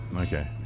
Okay